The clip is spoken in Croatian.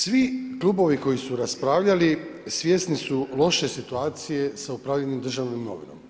Svi klubovi koji su raspravljali svjesni su loše situacije sa upravljanjem državnom imovinom.